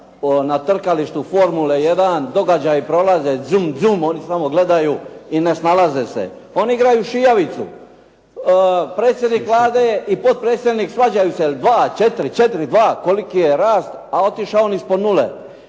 na trkalištu formule 1, događaji prolaze zum-zum, oni samo gledaju i ne snalaze se. Oni igraju šijavicu. Predsjednik Vlade i potpredsjednik svađaju se jer 2, 4, 4, 2, koliki je rast, a otišao on ispod 0.